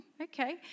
okay